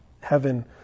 heaven